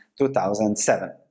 2007